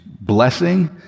blessing